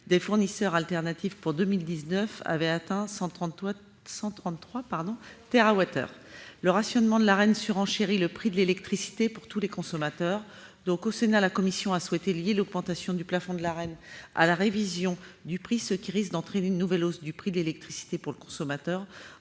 des fournisseurs alternatifs pour 2019 avait atteint 133 térawattheures. Le rationnement de l'Arenh surenchérit le prix de l'électricité pour tous les consommateurs. Au Sénat, la commission a souhaité lier l'augmentation du plafond de l'Arenh à la révision du prix, ce qui risque d'entraîner une nouvelle hausse du prix de l'électricité pour le consommateur